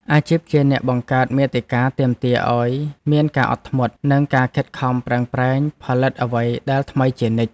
អាជីពជាអ្នកបង្កើតមាតិកាទាមទារឱ្យមានការអត់ធ្មត់ និងការខិតខំប្រឹងប្រែងផលិតអ្វីដែលថ្មីជានិច្ច។